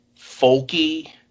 folky